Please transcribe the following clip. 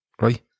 right